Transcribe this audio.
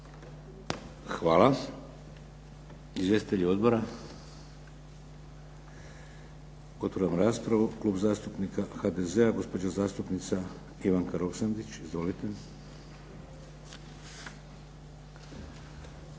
Hvala. Izvjestitelji odbora? Otvaram raspravu. Klub zastupnika HDZ-a, gospođa zastupnica Ivanka Roksandić. Izvolite.